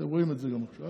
אתם רואים את זה גם עכשיו.